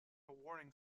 warning